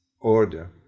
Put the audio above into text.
order